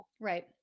Right